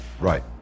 Right